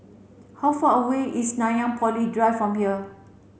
how far away is Nanyang Poly Drive from here